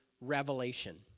revelation